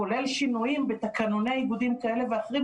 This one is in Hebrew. כולל שינויים בתקנוני איגודים כאלה ואחרים,